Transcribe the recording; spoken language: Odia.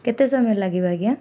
କେତେ ସମୟ ଲାଗିବ ଆଜ୍ଞା